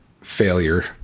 failure